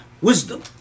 Wisdom